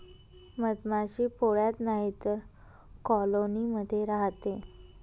मधमाशी पोळ्यात नाहीतर कॉलोनी मध्ये राहते